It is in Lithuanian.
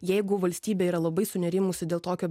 jeigu valstybė yra labai sunerimusi dėl tokio